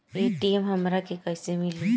ATM हमरा के कइसे मिली?